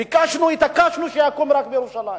ביקשנו והתעקשנו שתקום רק בירושלים.